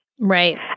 Right